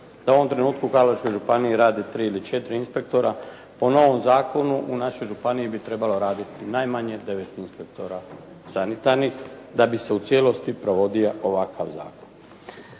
da u ovom trenutku u Karlovačkoj županiji radi tri ili četiri inspektora, po novom zakonu u našoj županiji bi trebalo raditi najmanje 9 inspektora sanitarnih da bi se u cijelosti provodio ovakav zakon.